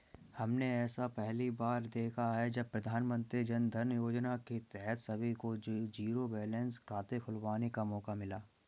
हमने ऐसा पहली बार देखा है जब प्रधानमन्त्री जनधन योजना के तहत सभी को जीरो बैलेंस खाते खुलवाने का मौका मिला